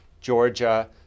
Georgia